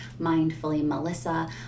mindfullymelissa